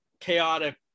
chaotic